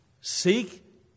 seek